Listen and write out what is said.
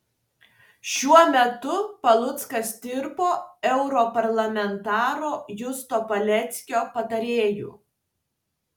šiuo metu paluckas dirbo europarlamentaro justo paleckio patarėju